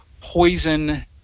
poison